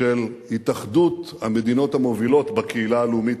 של התאחדות המדינות המובילות בקהילה הלאומית